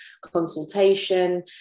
consultation